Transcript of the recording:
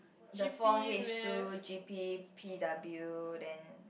the four H-two G_P P_W then